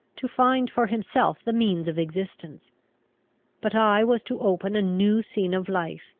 to find for himself the means of existence but i was to open a new scene of life,